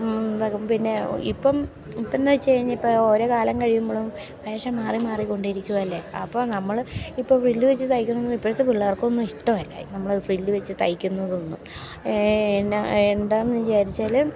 പിന്നെ ഇപ്പം ഇപ്പോഴെന്ന് വെച്ചു കഴിഞ്ഞാൽ ഇപ്പോൾ ഓരോകാലം കഴിയുമ്പോഴും വേഷം മാറി മാറി കൊണ്ടിരിക്കുകയല്ലേ അപ്പോൾ നമ്മൾ ഇപ്പോൾ ഫ്രില്ല് വെച്ചു തയ്ക്കുന്നതൊന്നും ഇപ്പോഴത്തെ പിള്ളേർക്കൊന്നും ഇഷ്ടമല്ല നമ്മൾ ഫ്രില്ല് വെച്ചു തയ്ക്കുന്നതൊന്നും എന്നാ എന്താണെന്നു വിചാരിച്ചാൽ